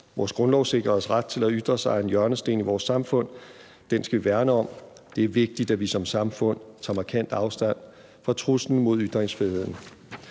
Vores grundlovssikrede ret til at ytre os er en hjørnesten i vores samfund. Den skal vi værne om. Det er vigtigt, at vi som samfund tager markant afstand fra truslen mod ytringsfriheden.